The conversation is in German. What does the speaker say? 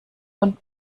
und